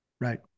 Right